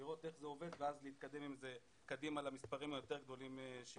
לראות איך זה עובד ואז להתקדם עם זה קדימה למספרים היותר גדולים שיגיעו.